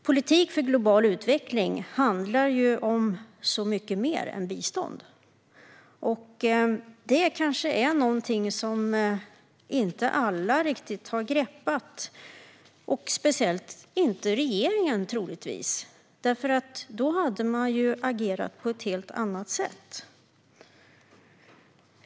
Politik för global utveckling handlar ju om så mycket mer än bistånd. Det kanske är någonting som inte alla riktigt har greppat, och troligtvis inte regeringen, för då hade man agerat på ett helt annat sätt.